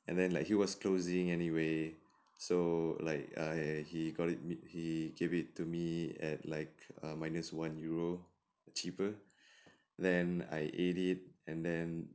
and then like he was closing anyway so like err he got it he gave it to me at like err minus one euro cheaper then I ate it and then